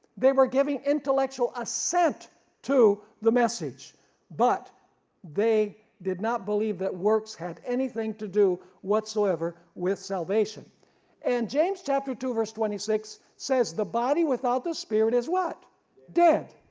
they were giving intellectual assent to the message but they did not believe that works had anything to do whatsoever with salvation and james chapter two verse twenty six says the body without the spirit is dead,